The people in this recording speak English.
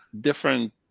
different